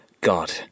God